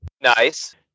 Nice